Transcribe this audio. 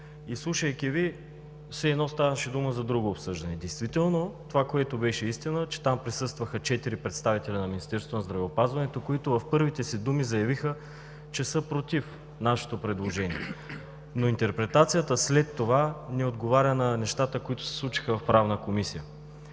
и слушайки Ви, все едно ставаше дума за друго обсъждане. Действително това, което беше истина, е, че там присъстваха четири представители на Министерството на здравеопазването, които в първите си думи заявиха, че са против нашето предложение. Но интерпретацията след това не отговаря на нещата, които се случиха в Правната комисия.